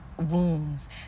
wounds